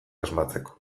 asmatzeko